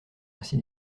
ainsi